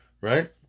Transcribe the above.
Right